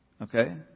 Okay